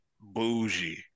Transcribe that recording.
bougie